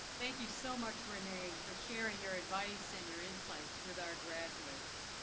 thank you so much renee for sharing your advice and your insights with our graduates.